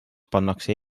pannakse